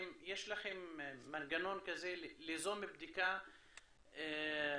יש לכם מנגנון כזה ליזום בדיקה עם תלמידים,